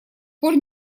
пор